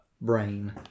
Brain